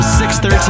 613